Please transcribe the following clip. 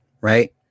Right